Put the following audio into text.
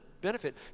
benefit